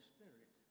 Spirit